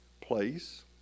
place